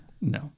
No